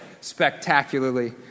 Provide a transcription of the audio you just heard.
spectacularly